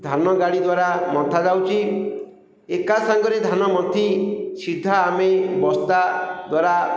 ଧାନ ଗାଡ଼ି ଦ୍ୱାରା ମନ୍ଥା ଯାଉଛି ଏକା ସାଙ୍ଗରେ ଧାନ ମନ୍ଥି ସିଧା ଆମେ ବସ୍ତା ଦ୍ୱାରା